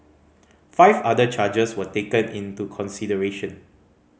five other charges were taken into consideration